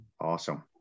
Awesome